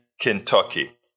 kentucky